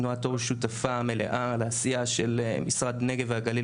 תנועת אור היא שותפה מלאה לעשייה של משרד הנגב והגליל